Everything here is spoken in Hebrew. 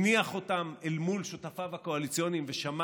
הניח אותה אל מול שותפיו הקואליציוניים ושמע